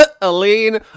Aline